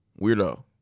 weirdo